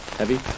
heavy